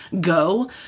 go